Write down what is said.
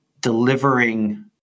Delivering